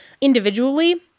individually